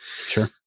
Sure